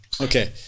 Okay